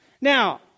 Now